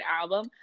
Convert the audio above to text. album